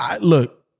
look